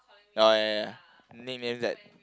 oh ya ya ya nicknames that